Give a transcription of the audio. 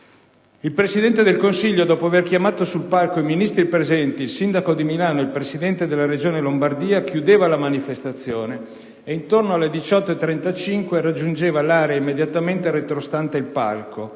Il Presidente del Consiglio, dopo aver chiamato sul palco i Ministri presenti, il sindaco di Milano e il presidente della Regione Lombardia, chiudeva la manifestazione e, intorno alle ore 18,35, raggiungeva l'area immediatamente retrostante il palco,